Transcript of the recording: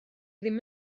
ddim